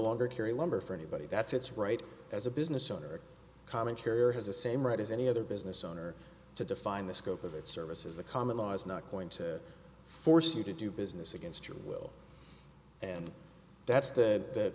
longer carry lumber for anybody that's its right as a business owner a common carrier has the same right as any other business honor to define the scope of its services the common law is not going to force you to do business against your will and that's th